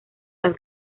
las